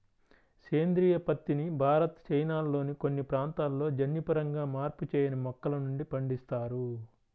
సేంద్రీయ పత్తిని భారత్, చైనాల్లోని కొన్ని ప్రాంతాలలో జన్యుపరంగా మార్పు చేయని మొక్కల నుండి పండిస్తారు